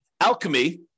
alchemy